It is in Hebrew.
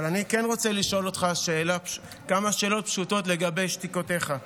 אבל אני כן רוצה לשאול אותך כמה שאלות פשוטות לגבי שתיקותיך.